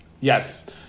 Yes